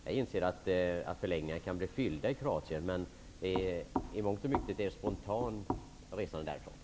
Jag inser att förläggningar i Kroatien kan bli fulla. Men i mångt och mycket är resandet därifrån spontant.